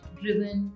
driven